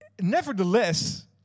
Nevertheless